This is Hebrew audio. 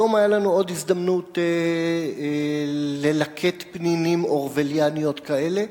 היום היתה לנו עוד הזדמנות ללקט פנינים אורווליאניות כאלה.